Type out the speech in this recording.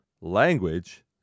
language